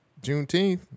Juneteenth